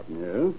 Yes